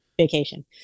vacation